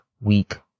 week